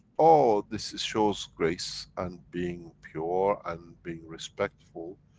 oh this is shows grace and being pure and being respectful.